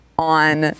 On